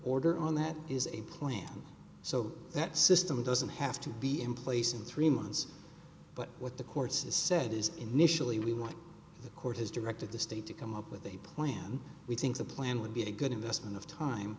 order on that is a plan so that system doesn't have to be in place in three months but what the course is said is initially we want the court has directed the state to come up with a plan we think the plan would be a good investment of time